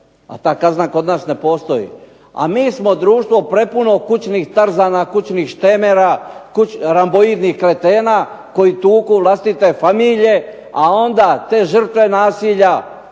a ta kazna kod ne postoji. A mi smo društvo prepuno kućnih tarzana, kućnih štemera, ramboidnih kretena koji tuku vlastite familije, a onda te žrtve nasilja